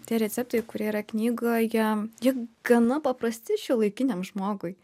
tie receptai kurie yra knygoje jie gana paprasti šiuolaikiniam žmogui